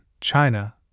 China